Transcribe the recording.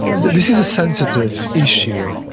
this is a sensitive issue.